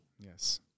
yes